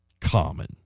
common